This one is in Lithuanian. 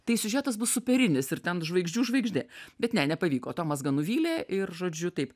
tai siužetas bus superinis ir ten žvaigždžių žvaigždė bet ne nepavyko atomazga nuvylė ir žodžiu taip